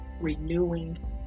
Renewing